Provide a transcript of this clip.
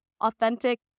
authentic